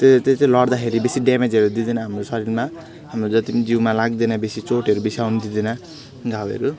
त्यो त्यो चाहिँ लढ्दाखेरि बेसी ड्यामेजहरू दिँदैन हाम्रो शरीरमा हाम्रो जत्ति पनि जिउमा लाग्दैन बेसी चोटहरू बेसी आउनु दिँदैन घाउहरू